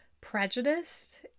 prejudiced